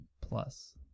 Plus